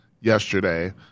yesterday